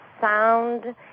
sound